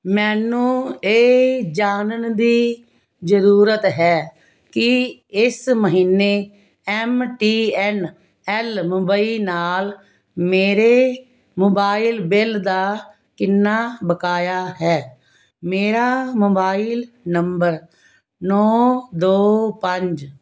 ਮੈਨੂੰ ਇਹ ਜਾਣਨ ਦੀ ਜ਼ਰੂਰਤ ਹੈ ਕਿ ਇਸ ਮਹੀਨੇ M T N L Mumbai ਨਾਲ ਮੇਰੇ ਮੋਬਾਈਲ ਬਿੱਲ ਦਾ ਕਿੰਨਾ ਬਕਾਇਆ ਹੈ ਮੇਰਾ ਮੋਬਾਈਲ ਨੰਬਰ ਨੌਂ ਦੋ ਪੰਜ